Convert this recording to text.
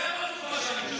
זה, של הממשלה שלך.